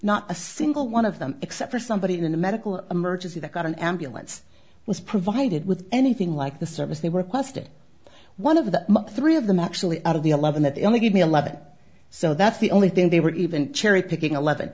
not a single one of them except for somebody in a medical emergency that got an ambulance was provided with anything like the service they were quested one of the three of them actually out of the eleven that they only give me a lab so that's the only thing they were even cherry picking a leve